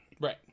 Right